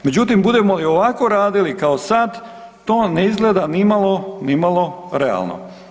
Međutim, budemo li ovako radili kao sad to ne izgleda nimalo, nimalo realno.